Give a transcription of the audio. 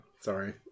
sorry